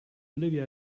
olivia